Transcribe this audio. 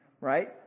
right